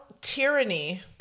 tyranny